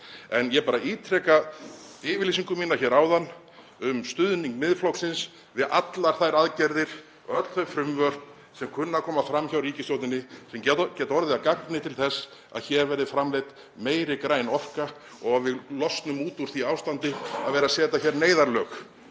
En ég ítreka yfirlýsingu mína hér áðan um stuðning Miðflokksins við allar þær aðgerðir, öll þau frumvörp sem kunna að koma fram hjá ríkisstjórninni sem geta orðið að gagni til þess að hér verði framleidd meiri græn orka og við losnum út úr því ástandi að vera að setja neyðarlög